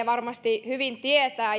varmasti hyvin tietää